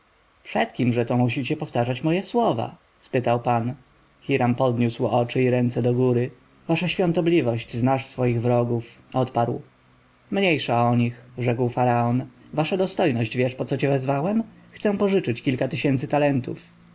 kimże to musicie powtarzać moje słowa spytał pan hiram podniósł oczy i ręce do góry wasza świątobliwość znasz swoich wrogów odparł mniejsza o nich rzekł faraon wasza dostojność wiesz poco cię wezwałem chcę pożyczyć kilka tysięcy talentów